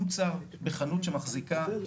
יש פה גם אגרות,